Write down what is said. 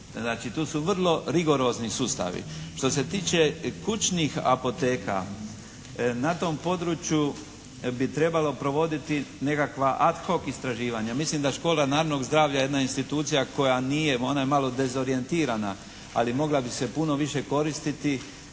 to su vrlo rigorozni sustavi. Što se tiče kućnih apoteka, na tom području bi trebalo provoditi nekakva ad hoc istraživanja. Mislim da Škola narodnog zdravlja jedna institucija koja nije, ona je malo dezorijentirana, ali mogla bi se puno više koristiti